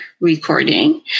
recording